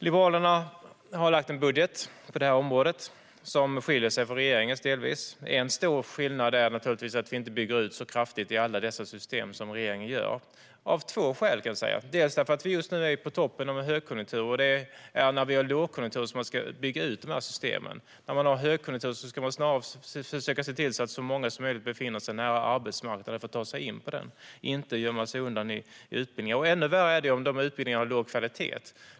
Liberalerna har lagt fram ett budgetförslag på område som delvis skiljer sig från regeringens. En stor skillnad är att vi inte bygger ut så kraftigt i alla dessa system som regeringen gör - av två skäl, kan man säga. Det beror delvis på att vi just nu är på toppen av en högkonjunktur, och det är när vi har lågkonjunktur som man ska bygga ut systemen. När det är högkonjunktur ska man snarare försöka se till att så många som möjligt befinner sig nära arbetsmarknaden för att ta sig in på den. De ska inte gömma sig på utbildningar. Ännu värre är det om utbildningarna har låg kvalitet.